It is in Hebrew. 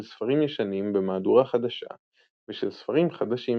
ספרים ישנים במהדורה חדשה ושל ספרים חדשים.